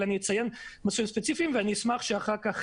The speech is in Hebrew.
אבל אני אציין מסלולים ספציפיים ואני אשמח אם אחר כך